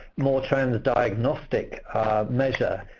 more transdiagnostic measure,